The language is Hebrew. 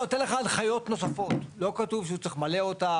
אני אתן לך הנחיות נוספות לא כתוב שהוא צריך למלא אותם,